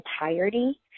entirety